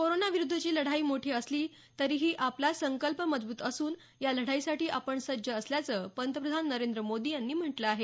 कोरोनाविरुध्दची लढाई मोठी असली तरीही आपला संकल्प मजबूत असून या लढाईसाठी आपण सज्ज असल्याचं पंतप्रधान नरेंद्र मोदी यांनी म्हटलं आहे